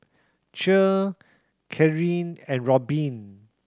Cher Karyn and Robin